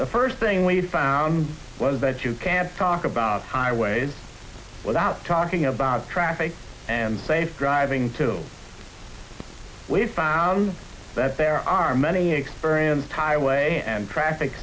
the first thing we found was that you can't talk about highways without talking about traffic and safe driving till we've found that there are many experienced highway and traffic